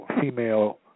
female